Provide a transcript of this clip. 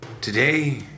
Today